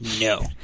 No